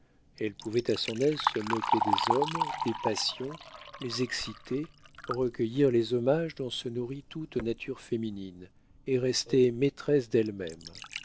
elle pouvait à son aise se moquer des hommes des passions les exciter recueillir les hommages dont se nourrit toute nature féminine et rester maîtresse d'elle-même